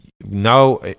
now